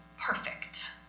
perfect